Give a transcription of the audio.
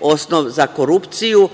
osnov za korupciju.